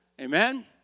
Amen